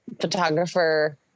photographer